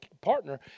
partner